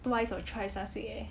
twice or thrice last week eh